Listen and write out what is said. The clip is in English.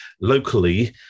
locally